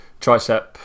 tricep